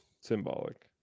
symbolic